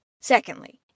Secondly